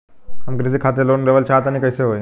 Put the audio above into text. हम कृषि खातिर लोन लेवल चाहऽ तनि कइसे होई?